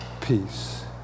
peace